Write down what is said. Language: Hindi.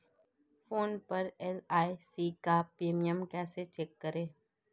फोन पर एल.आई.सी का प्रीमियम कैसे चेक करें?